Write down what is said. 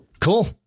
Cool